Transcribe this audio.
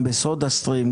גם בסודה-סטרים,